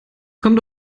kommt